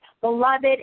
beloved